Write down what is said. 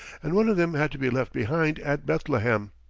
and one of them had to be left behind at bethlehem.